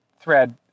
thread